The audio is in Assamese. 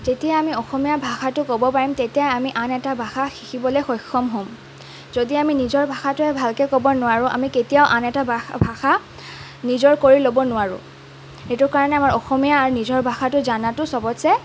যেতিয়াই আমি অসমীয়া ভাষাটো ক'ব পাৰিম তেতিয়াই আমি আন এটা ভাষা শিকিবলৈ সক্ষম হ'ম যদি আমি নিজৰ ভাষাটোৱে ভালকৈ ক'ব নোৱাৰোঁ আমি কেতিয়াও আন এটা ভাষা নিজৰ কৰি ল'ব নোৱাৰোঁ সেইটো কাৰণে অসমীয়া আৰু নিজৰ ভাষাটো জনাটো চবতছে